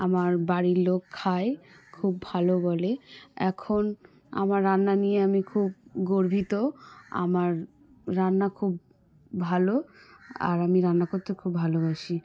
আমার বাড়ির লোক খায় খুব ভালো বলে এখন আমার রান্না নিয়ে আমি খুব গর্বিত আমার রান্না খুব ভালো আর আমি রান্না করতে খুব ভালোবাসি